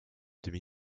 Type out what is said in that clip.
demi